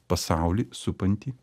pasaulį supantį